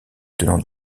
tenants